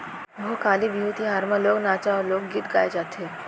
भोगाली बिहू तिहार म लोक नाचा अउ लोकगीत गाए जाथे